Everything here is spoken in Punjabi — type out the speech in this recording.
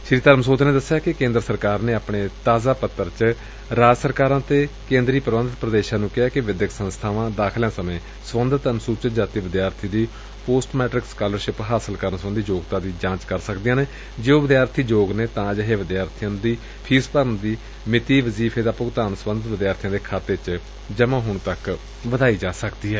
ਸ੍ੀ ਧਰਮਸੋਤ ਨੇ ਦੱਸਿਆ ਕਿ ਕੇਂਦਰ ਸਰਕਾਰ ਨੇ ਆਪਣੇ ਤਾਜ਼ਾ ਪੱਤਰ ਚ ਰਾਜ ਸਰਕਾਰਾਂ ਤੇ ਕੇਂਦਰ ਸ਼ਾਸਤ ਪ੍ਰਦੇਸ਼ਾਂ ਨੂੰ ਕਿਹੈ ਕਿ ਵਿੱਦਿਅਕ ਸੰਸਬਾਵਾਂ ਦਾਖ਼ਲਿਆਂ ਸਮੇਂ ਸਬੰਧਤ ਅਨੁਸੁਚਿਤ ਜਾਤੀ ਵਿਦਿਆਰਥੀ ਦੀ ਪੋਸਟ ਮੈਟ੍ਕਿ ਸਕਾਲਰਸ਼ਿਪ ਹਾਸਲ ਕਰਨ ਸਬੰਧੀ ਯੋਗਤਾ ਦੀ ਜਾਂਚ ਕਰ ਸਕਦੀਆਂ ਨੇ ਅਤੇ ਜੇ ਉਹ ਯੋਗ ਪਾਏ ਜਾਂਦੇ ਨੇ ਤਾਂ ਅਜਿਹੇ ਵਿਦਿਆਰਥੀਆਂ ਦੀ ਫੀਸ ਭਰਨ ਦੀ ਮਿਤੀ ਵਜ਼ੀਫੇ ਦਾ ਭੁਗਤਾਨ ਸਬੰਧਤ ਵਿਦਿਆਰਥੀ ਦੇ ਖਾਤੇ ਵਿੱਚ ਜਮ੍ਾਂ ਹੋਣ ਤੱਕ ਵਧਾਈ ਜਾ ਸਕਦੀ ਏ